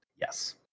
yes